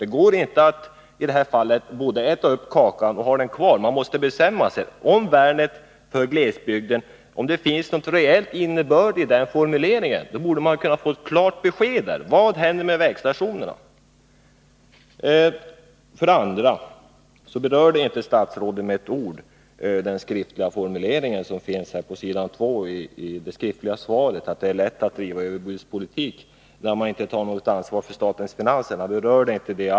Det går inte att i det här fallet både äta upp kakan och ha den kvar. Man måste bestämma sig. Om det finns någon reell innebörd i formuleringen ”värnet för glesbygden”, borde man kunna få ett klart besked. Vad händer med vägstationerna? Statsrådet berörde inte med ett ord formuleringen i det skriftliga svaret att det ”är lätt att driva överbudspolitik när man inte tar något ansvar för statens finanser”.